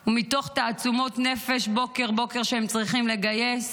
הוא מתוך תעצומות נפש בוקר-בוקר שהם צריכים לגייס